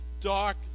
dark